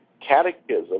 catechism